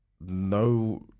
no